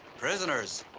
prisoners.